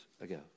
ago